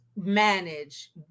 manage